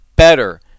Better